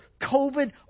COVID